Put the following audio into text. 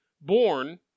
born